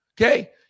Okay